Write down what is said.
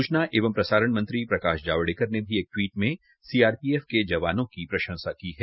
सूचना एवं प्रसारण मंत्री प्रकाश जावड़ेकर ने एक टवीट में सीआरपीएफ के जवानों की प्रशंसा की है